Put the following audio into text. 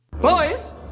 Boys